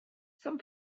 some